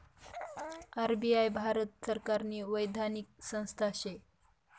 RBI Bharat सरकारनी वैधानिक संस्था शे